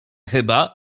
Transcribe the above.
chyba